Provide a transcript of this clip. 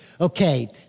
Okay